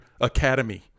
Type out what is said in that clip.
Academy